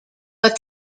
but